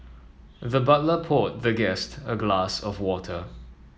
the butler poured the guest a glass of water